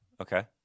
okay